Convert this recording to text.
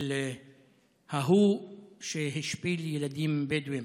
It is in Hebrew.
של ההוא שהשפיל ילדים בדואים.